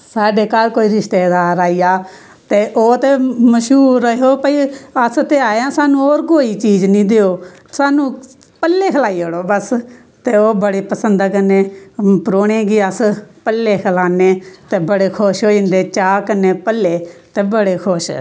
साढ़े घर कोई रिश्तेदार आई जा ते ओह् ते मश्हूर ओ भाई अस ते आएं आं साह्नू होर कोई चीज़ नी देओ साह्नू भल्ले खलाई ओड़ो बस ते ओहे बड़ी पसंदा कन्ने परौले गी अस भल्ले खलाने ते बड़े खुश होई जंदे चाह् कन्ने भल्ले ते बड़े खुश